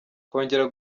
kongera